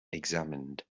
examined